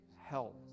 help